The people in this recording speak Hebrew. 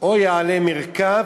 או יעלה מרכב,